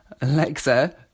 Alexa